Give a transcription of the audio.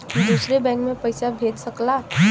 दूसर बैंक मे पइसा भेज सकला